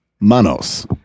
manos